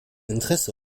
interesse